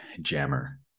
Jammer